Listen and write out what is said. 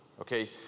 Okay